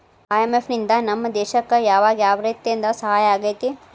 IMF ನಿಂದಾ ನಮ್ಮ ದೇಶಕ್ ಯಾವಗ ಯಾವ್ರೇತೇಂದಾ ಸಹಾಯಾಗೇತಿ?